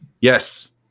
Yes